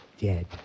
dead